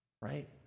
right